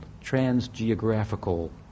trans-geographical